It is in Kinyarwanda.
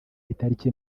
itariki